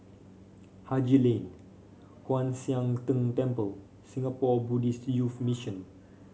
Haji Lane Kwan Siang Tng Temple Singapore Buddhist Youth Mission